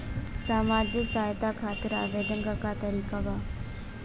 सामाजिक सहायता खातिर आवेदन के का तरीका बा?